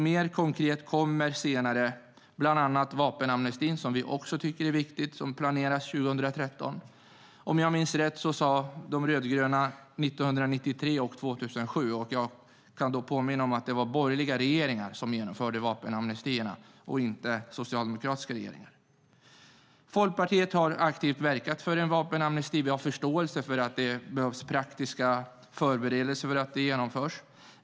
Mer konkret kommer senare vapenamnestin som vi också tycker är viktig och som är planerad till 2013. Jag vill påminna om att det var borgerliga regeringar som genomförde vapenamnestierna 1993 och 2007, inte socialdemokratiska regeringar. Folkpartiet har aktivt verkat för en vapenamnesti. Vi har förståelse för att det behövs praktiska förberedelser.